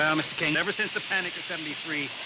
um mr. king, ever since the panic of seventy three,